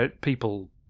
People